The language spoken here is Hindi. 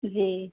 जी